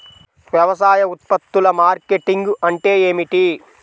వ్యవసాయ ఉత్పత్తుల మార్కెటింగ్ అంటే ఏమిటి?